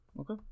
Okay